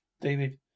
David